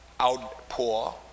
outpour